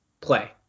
play